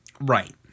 Right